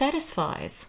satisfies